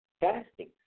fasting